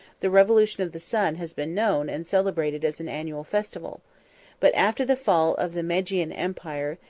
the revolution of the sun has been known and celebrated as an annual festival but after the fall of the magian empire,